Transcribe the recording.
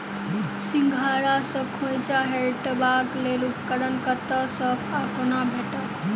सिंघाड़ा सऽ खोइंचा हटेबाक लेल उपकरण कतह सऽ आ कोना भेटत?